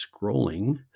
scrolling